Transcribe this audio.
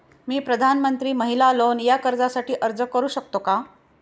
मी प्रधानमंत्री महिला लोन या कर्जासाठी अर्ज करू शकतो का?